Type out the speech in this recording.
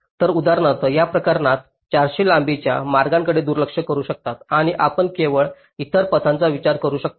तर उदाहरणार्थ या प्रकरणात आपण 400 लांबीच्या मार्गाकडे दुर्लक्ष करू शकता आणि आपण केवळ इतर पथांचा विचार करू शकता